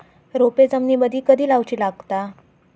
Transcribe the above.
रोपे जमिनीमदि कधी लाऊची लागता?